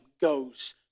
goes